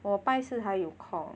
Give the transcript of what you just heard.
我拜四才有空